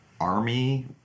army